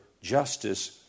justice